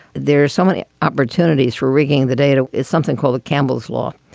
there are so many opportunities for rigging the data. it's something called campbell's law.